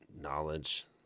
knowledge